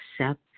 accept